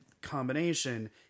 combination